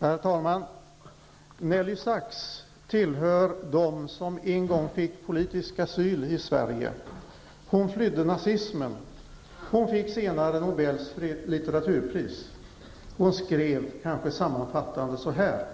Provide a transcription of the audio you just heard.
Herr talman! ''Nelly Sachs tillhör en av dem som fick politisk asyl i Sverige; hon flydde nazismen. Hon fick senare Nobels litteraturpris. Hon skrev, kanske sammanfattande, så här: